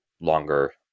longer